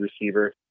receiver